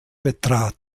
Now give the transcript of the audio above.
betrat